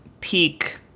peak